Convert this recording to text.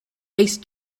ace